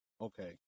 okay